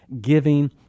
Giving